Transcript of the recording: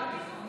פינוי.